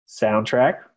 Soundtrack